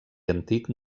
antic